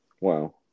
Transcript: Wow